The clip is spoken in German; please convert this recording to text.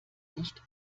nicht